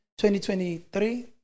2023